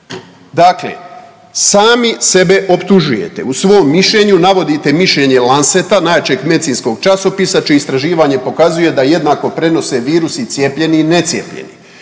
Dakle sami sebe optužujete. U svom mišljenju navodite mišljenje i Lanceta, najjačeg medicinskog časopisa čije istraživanje pokazuje da jednako prenose virus i cijepljeni i necijepljeni.